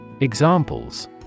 Examples